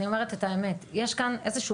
אני אומרת את האמת: יש כאן איזשהו